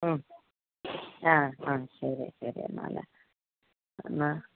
ആ ആ ആ ശരി ശരി എന്നാലെ എന്നാൽ